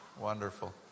Wonderful